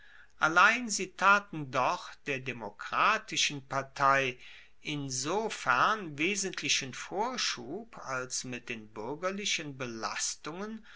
allein sie taten doch der demokratischen partei insofern wesentlichen vorschub als mit den buergerlichen belastungen